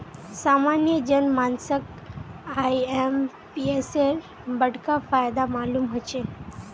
सामान्य जन मानसक आईएमपीएसेर बडका फायदा मालूम ह छेक